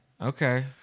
Okay